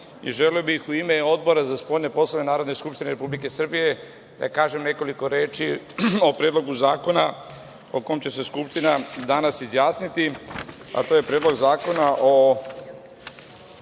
i želeo bih u ime Odbora za spoljne poslove Narodne skupštine Republike Srbije, da kažem nekoliko reči o Predlogu zakona, o kom će se Skupština danas izjasniti, a to je Predlog zakona o